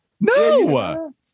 No